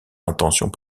intentions